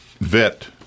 vet